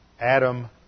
Adam